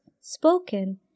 spoken